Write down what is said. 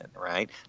right